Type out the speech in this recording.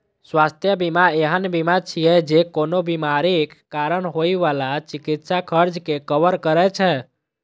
स्वास्थ्य बीमा एहन बीमा छियै, जे कोनो बीमारीक कारण होइ बला चिकित्सा खर्च कें कवर करै छै